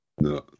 No